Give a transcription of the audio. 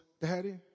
daddy